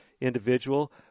individual